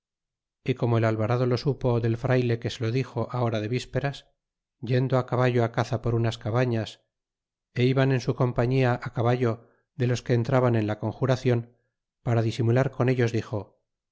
y como el alvarado lo supo del frayle que se lo dixo á hora de vísperas yendo á caballo á caza por unas cabañas é iban en su compañía á caballo de los que entraban en la conjuracion para disimular con ellos dixo